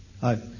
Hi